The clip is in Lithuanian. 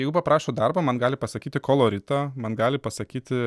jeigu paprašo darbo man gali pasakyti koloritą man gali pasakyti